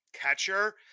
catcher